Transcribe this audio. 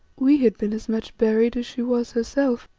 we had been as much buried as she was herself.